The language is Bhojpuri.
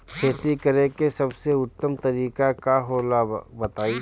खेती करे के सबसे उत्तम तरीका का होला बताई?